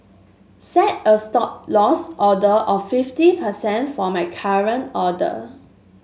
set a Stop Loss order of fifty percent for my current order